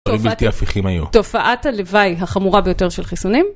תופעת הלוואי החמורה ביותר של חיסונים?